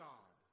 God